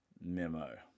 memo